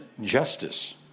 justice